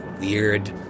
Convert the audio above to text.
weird